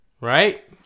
Right